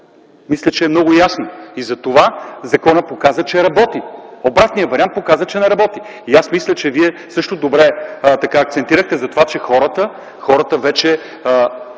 Мисля, че е много ясно. И затова законът показа, че работи. Обратният вариант показа, че не работи. И аз мисля, че Вие също добре акцентирахте за това, че хората вече